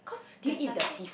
cause there's nothing